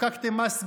חוקקתם מס גודש,